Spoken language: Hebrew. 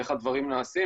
איך הדברים נעשים.